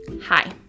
Hi